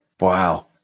Wow